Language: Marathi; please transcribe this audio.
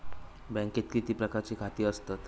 बँकेत किती प्रकारची खाती असतत?